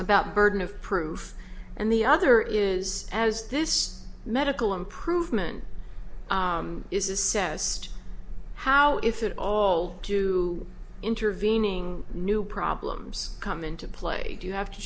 burden of proof and the other is as this medical improvement is assessed how if at all do intervening new problems come into play do you have to